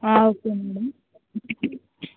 okay madam